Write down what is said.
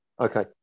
Okay